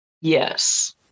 yes